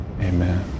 Amen